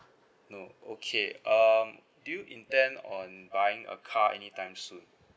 no okay uh do you intend on buying a car anytime soon